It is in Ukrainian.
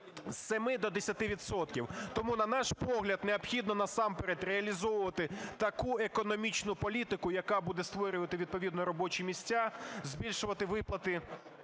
10 відсотків. Тому, на наш погляд, необхідно насамперед реалізовувати таку економічну політику, яка буде створювати відповідно робочі місця, збільшувати виплати